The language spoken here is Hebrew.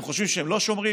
אתם חושבים שהם לא שומרים?